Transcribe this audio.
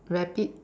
rabbit